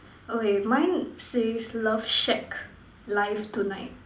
okay mine says love shack live tonight